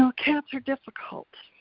so cats are difficult.